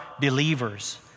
believers